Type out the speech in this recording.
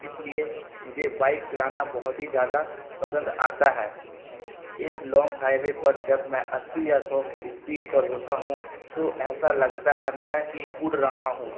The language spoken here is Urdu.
اس لیے مجھے بائک چلانا بہت ہی زیادہ پسند آتا ہے ایک لونگ ہائی وے پر جب میں اسی یا سو کی اسپیڈ پر ہوتا ہوں تو ایسا لگتا ہے میں کہ اڑ رہا ہوں